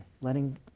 letting